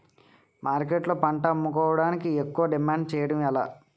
మార్కెట్లో పంట అమ్ముకోడానికి ఎక్కువ డిమాండ్ చేయడం ఎలా?